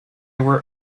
were